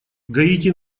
гаити